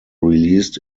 released